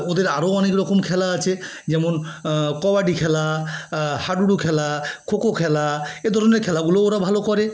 ওদের আরও অনেক রকম খেলা আছে যেমন কবাডি খেলা হাডুডু খেলা খোখো খেলা এ ধরনের খেলাগুলো ওরা ভালো করে